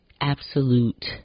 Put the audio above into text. absolute